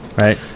right